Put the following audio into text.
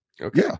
Okay